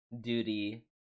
duty